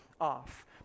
off